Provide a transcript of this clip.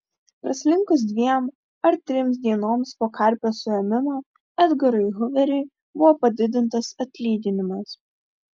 praslinkus dviem ar trims dienoms po karpio suėmimo edgarui huveriui buvo padidintas atlyginimas